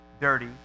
dirty